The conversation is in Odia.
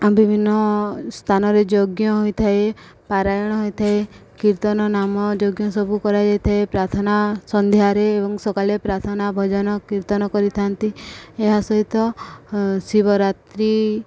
ବିଭିନ୍ନ ସ୍ଥାନରେ ଯଜ୍ଞ ହୋଇଥାଏ ପାରାୟଣ ହୋଇଥାଏ କୀର୍ତ୍ତନ ନାମ ଯଜ୍ଞ ସବୁ କରାଯାଇଥାଏ ପ୍ରାର୍ଥନା ସନ୍ଧ୍ୟାରେ ଏବଂ ସକାଳେ ପ୍ରାର୍ଥନା ଭଜନ କୀର୍ତ୍ତନ କରିଥାନ୍ତି ଏହା ସହିତ ଶିବରାତ୍ରି